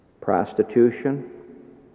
prostitution